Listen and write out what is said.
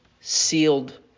sealed